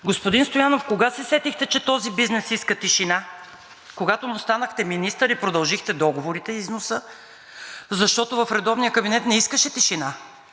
Господин Стоянов, кога се сетихте, че този бизнес иска тишина? Когато му станахте министър и продължихте договорите и износа? Защото в редовния кабинет не искаше тишина.